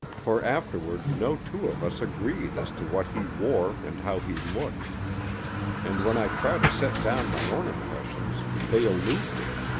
for afterward no two of us agreed as to what he wore and how he looked and when i try to set down my own impressions they elude me.